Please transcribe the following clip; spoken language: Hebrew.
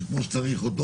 כמו שצריך.